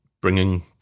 bringing